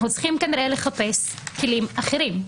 אנחנו צריכים כנראה לחפש כלים אחרים.